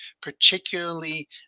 particularly